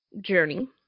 journey